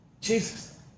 Jesus